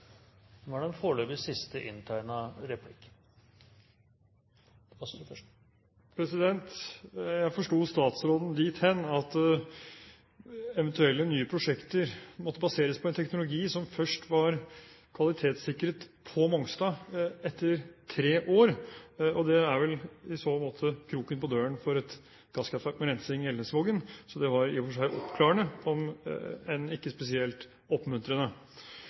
var kvalitetssikret på Mongstad etter tre år. Det er vel i så måte kroken på døren for et gasskraftverk med rensing i Elnesvågen, så det var i og for seg oppklarende, om enn ikke spesielt oppmuntrende.